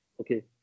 okay